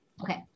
Okay